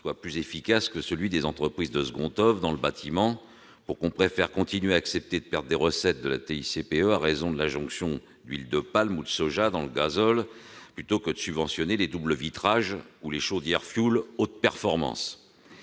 est plus efficace que celui des entreprises de second oeuvre du bâtiment, pour que l'on préfère continuer de perdre des recettes de TICPE à raison de l'adjonction d'huile de palme ou de soja dans le gazole plutôt que de subventionner les doubles vitrages ou les chaudières au fioul à haute performance